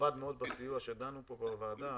נכבד מאוד בסיוע שדנו בו בוועדה,